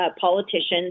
politicians